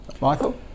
Michael